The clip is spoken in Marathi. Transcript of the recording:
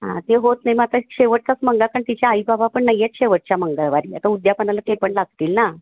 हां ते होत नाही मग आता शेवटचाच मंगा कारण तिच्या आईबाबा पण नाही आहेत शेवटच्या मंगळवारी आता उद्यापनाला ते पण लागतील ना